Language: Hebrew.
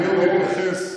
אני עוד אתייחס,